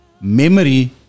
memory